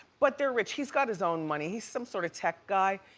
but they're rich. he's got his own money. he's some sorta tech guy.